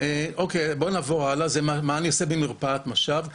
מה שאני עושה במרפאת מש"ב.